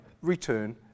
return